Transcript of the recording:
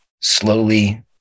slowly